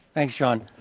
thanks, john.